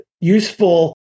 useful